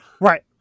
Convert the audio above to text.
Right